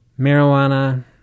marijuana